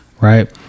Right